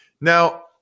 Now